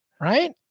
Right